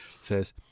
says